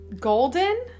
golden